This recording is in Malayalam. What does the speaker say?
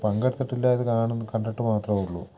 പങ്കെടുത്തിട്ടില്ല ഇത് കാണും കണ്ടിട്ട് മാത്രം ഉള്ളൂ